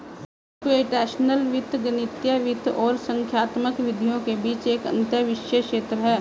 computational वित्त गणितीय वित्त और संख्यात्मक विधियों के बीच एक अंतःविषय क्षेत्र है